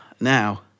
now